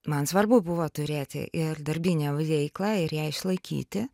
man svarbu buvo turėti ir darbinę veiklą ir ją išlaikyti